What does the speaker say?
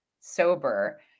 sober